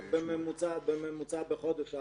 בממוצע בחודש,